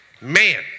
Man